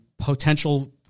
potential